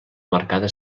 marcada